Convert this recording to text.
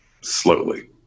slowly